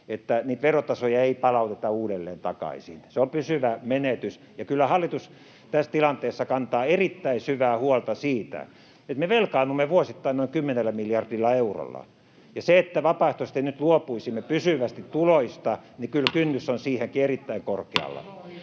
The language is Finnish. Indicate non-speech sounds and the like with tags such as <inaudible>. että niitä verotasoja ei palauteta uudelleen takaisin. Se on pysyvä menetys. Ja kyllä hallitus tässä tilanteessa kantaa erittäin syvää huolta siitä, että me velkaannumme vuosittain noin 10 miljardilla eurolla, ja kynnys siihenkin, että vapaaehtoisesti nyt luopuisimme pysyvästi tuloista, <noise> on erittäin korkealla.